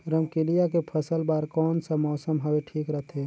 रमकेलिया के फसल बार कोन सा मौसम हवे ठीक रथे?